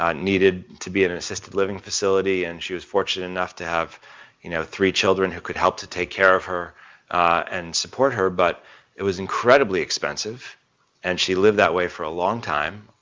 um needed to be in an assisted living facility and she was fortunate enough to have you know three children who could help to take care of her, ah and support her. but it was incredibly expensive and she lived that way for a long time,